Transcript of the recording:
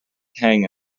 tang